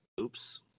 oops